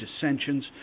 dissensions